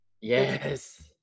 yes